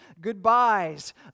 goodbyes